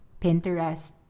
Pinterest